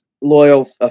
loyal